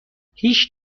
هیچ